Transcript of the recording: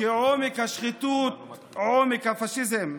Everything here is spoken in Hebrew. כעומק השחיתות עומק הפשיזם.